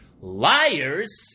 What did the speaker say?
liars